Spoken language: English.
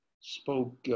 spoke